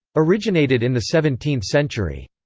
originated in the seventeenth century.